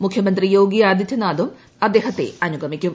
മുഖ്യമന്ത്രി യോഗി ആദിത്യനാഥും അദ്ദേഹത്തെ അനുഗമിക്കും